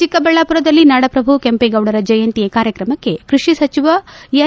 ಚಿಕ್ಕಬಳ್ಳಾಪುರದಲ್ಲಿ ನಾಡಪ್ರಭು ಕೆಂಪೇಗೌಡರ ಜಯಂತಿ ಕಾರ್ಯಕ್ರಮಕ್ಷಿ ಕೈಷಿ ಸಚಿವ ಎನ್